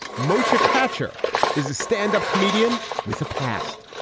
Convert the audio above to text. moesha katcher is a stand up comedian with the past.